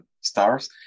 stars